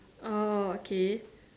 oh okay